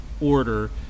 order